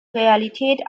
realität